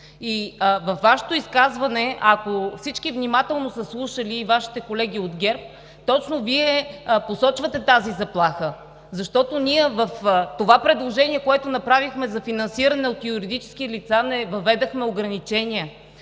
Във Вашето изказване, ако всички внимателно са слушали, и колегите Ви от ГЕРБ, точно Вие посочвате тази заплаха, защото в предложението, което направихме – за финансиране от юридически лица, не въведохме ограничения,